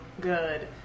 good